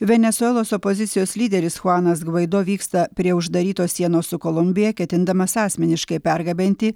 venesuelos opozicijos lyderis chuanas gvaido vyksta prie uždarytos sienos su kolumbija ketindamas asmeniškai pergabenti